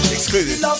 Excluded